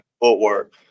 footwork